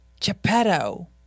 Geppetto